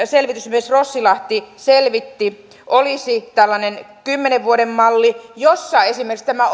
selvitysmies rossilahti selvitti olisi tällainen kymmenen vuoden malli jossa esimerkiksi tämä